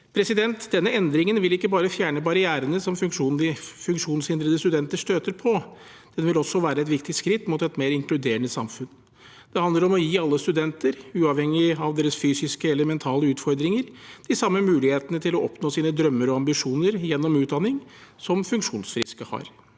fritid. Denne endringen vil ikke bare fjerne barrierene som funksjonshindrede studenter støter på; den vil også være et viktig skritt mot et mer inkluderende samfunn. Det handler om å gi alle studenter, uavhengig av deres fysiske eller mentale utfordringer, de samme mulighetene til å oppnå sine drømmer og ambisjoner gjennom utdanning som funksjonsfriske har.